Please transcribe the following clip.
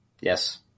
yes